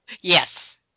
Yes